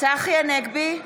צחי הנגבי,